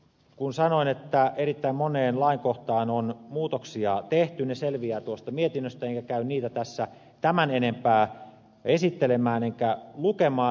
kun sanoin että erittäin moneen lain kohtaan on muutoksia tehty niin ne selviävät tuosta mietinnöstä enkä käy niitä tässä tämän enempää esittelemään enkä lukemaan